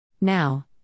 Now